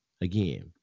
Again